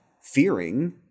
fearing